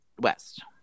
West